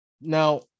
Now